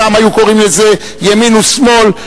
פעם היו קוראים לזה ימין ושמאל,